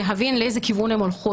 להבין לאיזה כיוון הן הולכות,